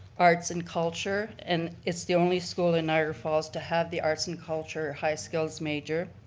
arts and culture and it's the only school in niagara falls to have the arts and culture high skills major.